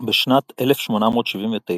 בשנת 1879,